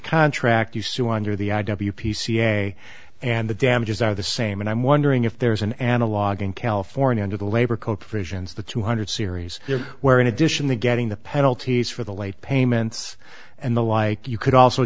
contract you sue under the pca and the damages are the same and i'm wondering if there's an analog in california under the labor coach visions the two hundred series where in addition the getting the penalties for the late payments and the like you could also